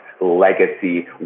legacy